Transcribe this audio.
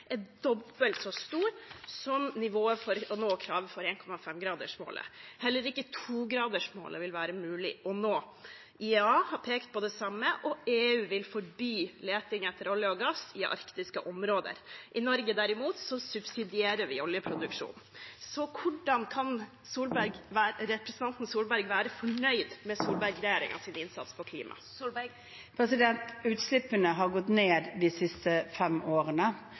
er dobbelt så stor som nivået for å nå kravet for 1,5-gradersmålet. Heller ikke 2-gradersmålet vil være mulig å nå. IEA har pekt på det samme, og EU vil forby leting etter olje og gass i arktiske områder. I Norge subsidierer vi derimot oljeproduksjon. Så hvordan kan representanten Solberg være fornøyd med Solberg-regjeringens innsats på klima? Utslippene har gått ned de siste fem årene.